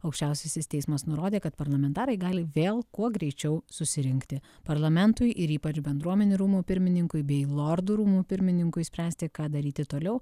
aukščiausiasis teismas nurodė kad parlamentarai gali vėl kuo greičiau susirinkti parlamentui ir ypač bendruomenių rūmų pirmininkui bei lordų rūmų pirmininkui spręsti ką daryti toliau